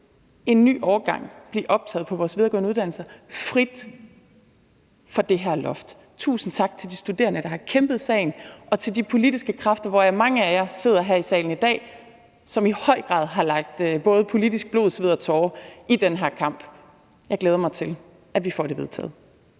en ny årgang blive optaget på vores videregående uddannelser fri for det her loft. Tusind tak til de studerende, der har kæmpet sagen, og til de politiske kræfter, hvoraf mange af jer sidder her i salen i dag, som i høj grad har lagt politisk blod, sved og tårer i den her kamp. Jeg glæder mig til, at vi får det vedtaget.